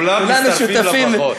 כולנו מצטרפים לברכות.